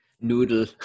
Noodle